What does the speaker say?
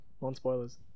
non-spoilers